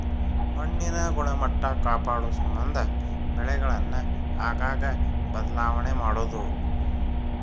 ಮಣ್ಣಿನ ಗುಣಮಟ್ಟಾ ಕಾಪಾಡುಸಮಂದ ಬೆಳೆಗಳನ್ನ ಆಗಾಗ ಬದಲಾವಣೆ ಮಾಡುದು